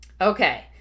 okay